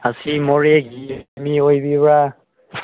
ꯑꯁꯤ ꯃꯣꯔꯦꯒꯤ ꯃꯤ ꯑꯣꯏꯕꯤꯕ꯭ꯔꯥ